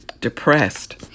depressed